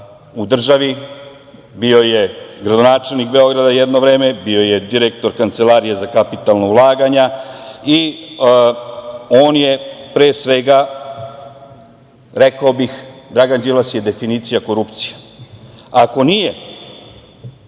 u državi, bio je gradonačelnik Beograda jedno vreme, bio je direktor Kancelarije za kapitalna ulaganja i on je, pre svega, rekao bih, Dragan Đilas je definicija korupcije. Ako nije,